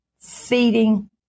feeding